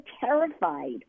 terrified